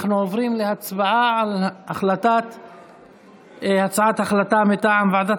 אנחנו עוברים להצבעה על הצעת ההחלטה מטעם ועדת